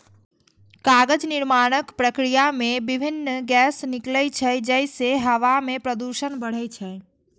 कागज निर्माणक प्रक्रिया मे विभिन्न गैस निकलै छै, जइसे हवा मे प्रदूषण बढ़ै छै